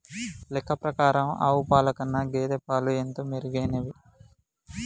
లెక్క ప్రకారం ఆవు పాల కన్నా గేదె పాలు ఎంతో మెరుగైనవి